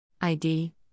ID